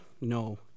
No